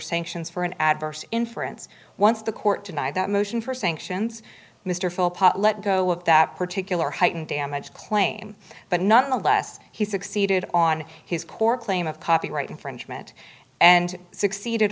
sanctions for an adverse inference once the court denied that motion for sanctions mr phelps let go of that particular heighten damage claim but nonetheless he succeeded on his core claim of copyright infringement and succeeded